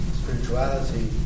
spirituality